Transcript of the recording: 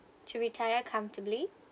to retire comfortably